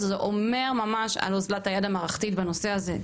זה אומר ממש על אוזלת היד המערכתית בנושא הזה.